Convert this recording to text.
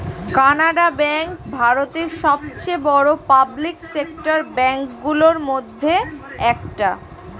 Canara bank ভারতের সবচেয়ে বড় পাবলিক সেক্টর ব্যাঙ্ক গুলোর মধ্যে একটা